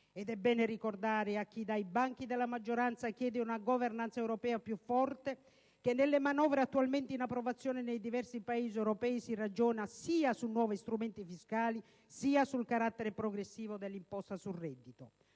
Ed è bene ricordare, a chi dai banchi della maggioranza chiede una *governance* europea più forte, che nelle manovre attualmente in approvazione nei diversi Paesi europei si ragiona sia su nuovi strumenti fiscali sia sul carattere progressivo dell'imposta sul reddito.